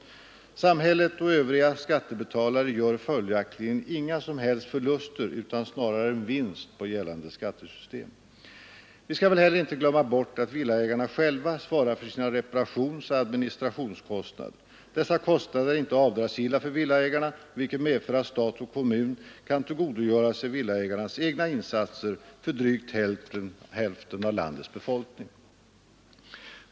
Samhället och övriga skattebetalare gör följaktligen inga som helst förluster utan snarare en vinst på gällande skattesystem. Vi skall väl heller inte glömma bort att villaägarna själva svarar för sina reparationsoch administrationskostnader. Dessa kostnader är inte avdragsgilla för villaägarna, vilket medför att stat och kommuner kan tillgodogöra sig villaägarnas egna insatser för drygt hälften av landets befolkning.